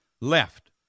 left